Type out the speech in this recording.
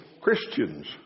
Christians